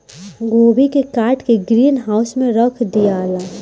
गोभी के काट के ग्रीन हाउस में रख दियाला